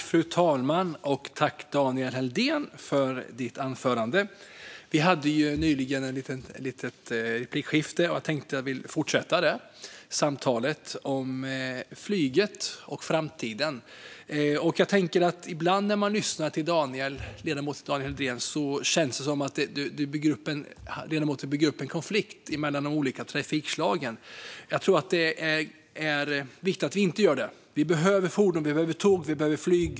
Fru talman! Jag tackar Daniel Helldén för anförandet. Vi hade nyligen ett litet replikskifte, och jag skulle vilja fortsätta samtalet om flyget och framtiden. Ibland när man lyssnar till ledamoten Daniel Helldén känns det som att han bygger upp en konflikt mellan de olika trafikslagen. Jag tror att det är viktigt att vi inte gör det. Vi behöver fordon. Vi behöver tåg. Vi behöver flyg.